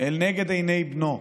לנגד עיני בנו,